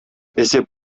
эсеп